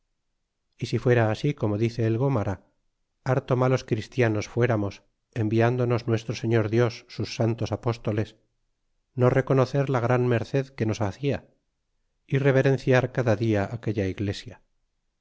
y si fuera así como dice el gomara harto malos christianos fueramos enviándonos nuestro señor dios sus santos apóstoles no reconocer la gran merced que nos hacia y reverenciar cada dia aquella iglesia